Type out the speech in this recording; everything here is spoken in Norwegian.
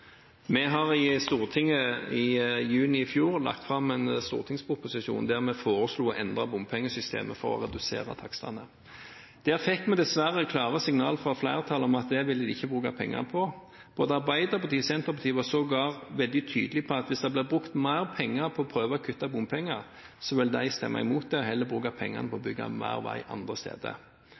i fjor i Stortinget fram en stortingsproposisjon der vi foreslo å endre bompengesystemet for å redusere takstene. Der fikk vi dessverre klare signal fra flertallet om at det ville de ikke bruke penger på. Både Arbeiderpartiet og Senterpartiet var sågar veldig tydelige på at hvis det ble brukt mer penger på å prøve å kutte bompenger, så ville de stemme imot det og heller bruke pengene på å bygge mer vei andre steder.